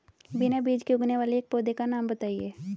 बिना बीज के उगने वाले एक पौधे का नाम बताइए